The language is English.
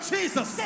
Jesus